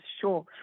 sure